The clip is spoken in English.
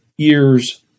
Years